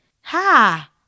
Ha